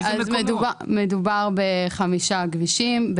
מדובר בחמישה כבישים,